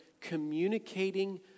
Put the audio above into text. communicating